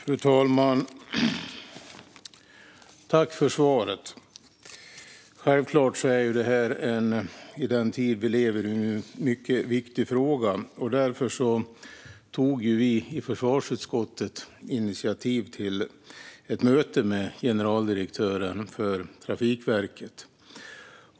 Fru talman! Tack, statsrådet, för svaret! Självklart är det här i den tid vi lever i en mycket viktig fråga. Därför tog vi i försvarsutskottet initiativ till ett möte med generaldirektören för Trafikverket.